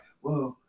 Whoa